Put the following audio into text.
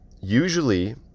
usually